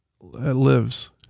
lives